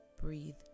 Breathe